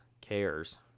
cares